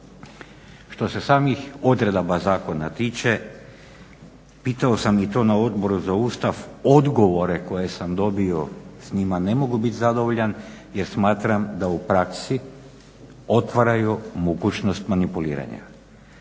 Što se samih odredaba zakona tiče pitao sam i to na Odboru za Ustav odgovore koje sam dobio i s njima ne mogu biti zadovoljan jer smatram da u praksi otvaraju mogućnost manipuliranja.